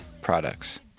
products